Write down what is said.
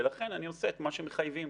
ולכן אני עושה את מה שמחייבים.